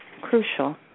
crucial